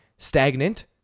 stagnant